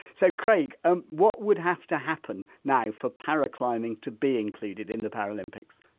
so, craig, um what would have to happen now for paraclimbing to be included in the paralympics?